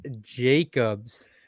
Jacobs